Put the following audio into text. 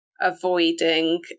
Avoiding